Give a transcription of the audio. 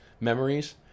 memories